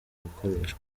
gukoreshwa